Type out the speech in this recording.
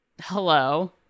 hello